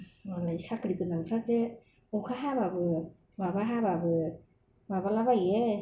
हनै साख्रिगोनांफ्रासो अखा हाबाबो माबा हाबाबो माबालाबायो